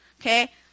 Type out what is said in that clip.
Okay